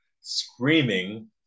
screaming